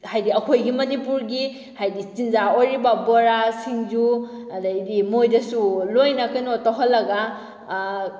ꯍꯥꯏꯗꯤ ꯑꯩꯈꯣꯏꯒꯤ ꯃꯅꯤꯄꯨꯔꯒꯤ ꯍꯥꯏꯗꯤ ꯆꯤꯟꯖꯥꯛ ꯑꯣꯏꯔꯤꯕ ꯕꯣꯔꯥ ꯁꯤꯡꯖꯨ ꯑꯗꯩꯗꯤ ꯃꯣꯏꯗꯁꯨ ꯂꯣꯏꯅ ꯀꯩꯅꯣ ꯇꯧꯍꯜꯂꯒ